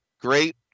great